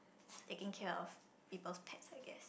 taking care of people's pets I guess